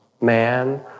man